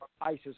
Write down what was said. ISIS